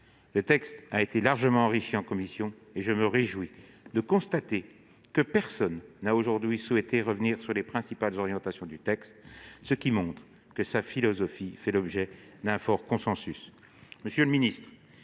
Loisier, et largement enrichi. Je me réjouis de constater que personne n'a aujourd'hui souhaité revenir sur les principales orientations retenues, ce qui montre que la philosophie du texte fait l'objet d'un fort consensus.